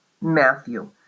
Matthew